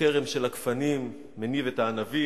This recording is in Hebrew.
הכרם של הגפנים מניב את הענבים,